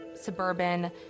suburban